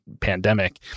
pandemic